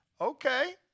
Okay